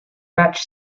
batch